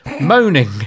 moaning